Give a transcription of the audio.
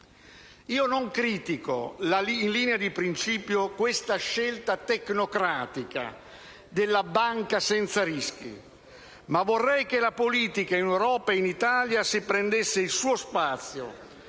Non critico, in linea di principio, questa scelta tecnocratica della banca senza rischi, ma vorrei che la politica, in Europa e in Italia, si prendesse il suo spazio,